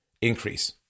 increase